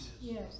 Yes